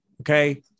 okay